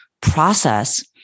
process